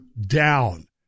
down